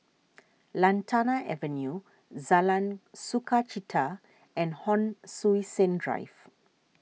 Lantana Avenue Sukachita and Hon Sui Sen Drive